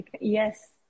yes